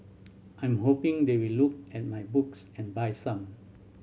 I'm hoping they will look at my books and buy some